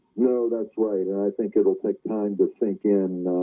no, that's right. and i think it will take time to sink in